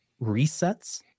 resets